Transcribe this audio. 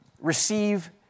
receive